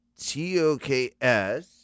T-O-K-S